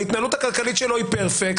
ההתנהלות הכלכלית שלו מושלמת.